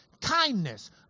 kindness